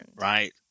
Right